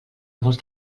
molts